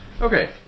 Okay